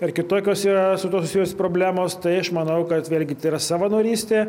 ar kitokios yra su tuo susijusios problemos tai aš manau kad vėlgi tai yra savanorystė